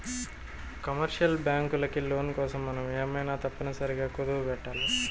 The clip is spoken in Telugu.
కమర్షియల్ బ్యాంకులకి లోన్ కోసం మనం ఏమైనా తప్పనిసరిగా కుదవపెట్టాలి